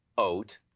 Oat